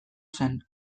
zen